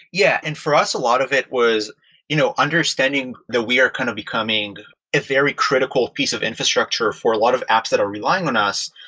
yeah. and for a lot of it was you know understanding the we are kind of becoming a very critical piece of infrastructure for a lot of apps that are relying on us.